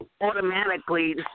automatically